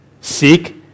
Seek